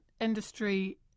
industry